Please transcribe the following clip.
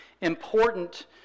important